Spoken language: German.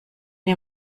ihr